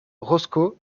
roscoe